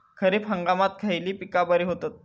खरीप हंगामात खयली पीका बरी होतत?